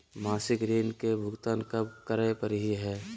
मासिक ऋण के भुगतान कब करै परही हे?